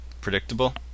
predictable